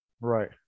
Right